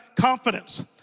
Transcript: confidence